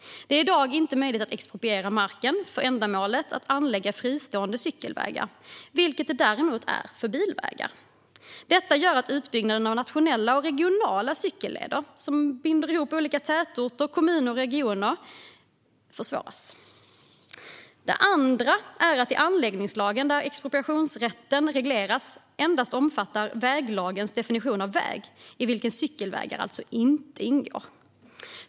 Det är i dag inte möjligt att expropriera marken för ändamålet att anlägga fristående cykelvägar, vilket däremot går att göra när det gäller bilvägar. Detta gör att utbyggnaden av nationella och regionala cykelleder som binder ihop olika tätorter, kommuner och regioner försvåras. Ett annat hinder är att anläggningslagen, där expropriationsrätten regleras, endast omfattar väglagens definition av väg - i vilken cykelvägar alltså inte ingår.